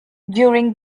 during